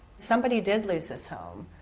somebody did lose this home.